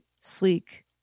sleek